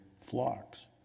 flocks